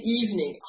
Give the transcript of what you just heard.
evening